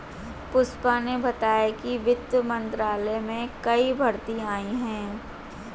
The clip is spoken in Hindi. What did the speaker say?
पुष्पा ने बताया कि वित्त मंत्रालय में नई भर्ती आई है